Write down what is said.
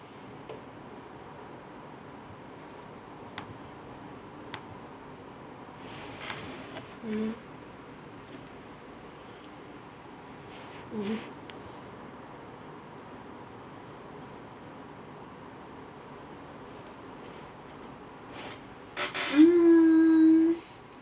mmhmm mmhmm mm